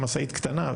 משאית קטנה,